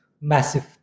massive